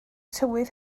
tywydd